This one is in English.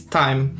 time